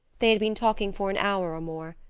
they had been talking for an hour or more.